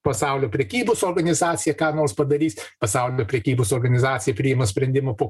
pasaulio prekybos organizacija ką nors padarys pasaulinė prekybos organizacija priima sprendimą po